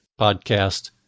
podcast